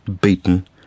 beaten